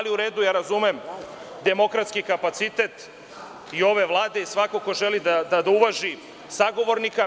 Ali, u redu ja razumem demokratski kapacitet i ove Vlade i svakog ko želi da uvaži sagovornika.